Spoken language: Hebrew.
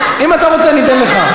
אם אתה רוצה אני אתן לך,